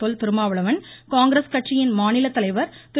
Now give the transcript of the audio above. தொல் Thirumavalavan Congress கட்சியின் மாநில தலைவர் திரு